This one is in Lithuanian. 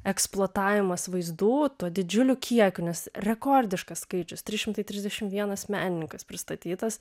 eksploatavimas vaizdų tuo didžiuliu kiekiu nes rekordiškas skaičius trys šimtai trisdešimt vienas menininkas pristatytas